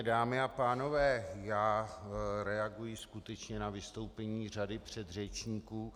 Dámy a pánové, já reaguji skutečně na vystoupení řady předřečníků.